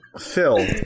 Phil